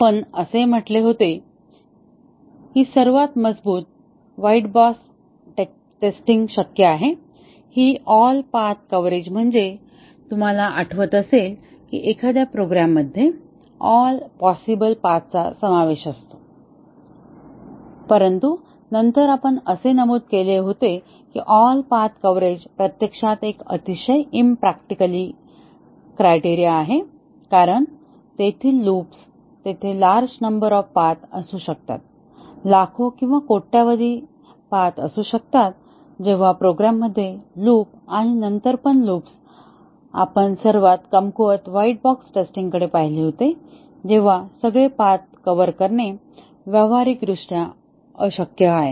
आपण असे म्हटले होते की सर्वात मजबूत व्हाईट बॉक्स टेस्टिंग शक्य आहे हि ऑल पाथ कव्हरेज म्हणजे तुम्हाला आठवत असेल की एखाद्या प्रोग्रॅम मध्ये ऑल पॉसिबल पाथचा समावेश असतो परंतु नंतर आपण असे नमूद केले होते की ऑल पाथ कव्हरेज प्रत्यक्षात एक अतिशय इम्प्रॅक्टिकली क्रिटेरिअन आहे कारण तेथील लूप्स तेथे लार्ज नंबर ऑफ पाथ असू शकतात लाखो किंवा कोट्यवधी रस्ते असू शकतात जेव्हा प्रोग्राम मध्ये लूप आणि नंतर पण लूप्स आपण सर्वात कमकुवत व्हाईट बॉक्स टेस्टिंगकडे पाहिले होते तेव्हा सगळे रस्ते कव्हर करणे व्यावहारिकदृष्ट्या अशक्य आहे